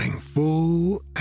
full